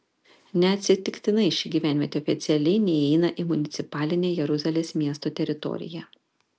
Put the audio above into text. neatsitiktinai ši gyvenvietė oficialiai neįeina į municipalinę jeruzalės miesto teritoriją